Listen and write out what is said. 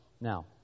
Now